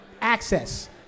Access